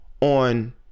on